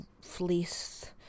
fleece